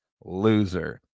Loser